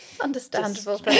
understandable